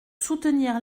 soutenir